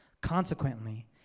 Consequently